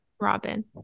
Robin